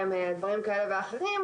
ותמצאו דרך חוקית למצוא אפשרות להוסיף,